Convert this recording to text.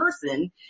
person